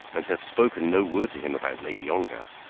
and to have spoken no word to him about lady ongar,